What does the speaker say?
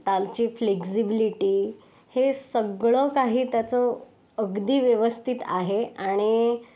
त्याची फ्लेक्सिबिलिटी हे सगळं काही त्याचं अगदी व्यवस्थित आहे आणि